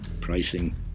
pricing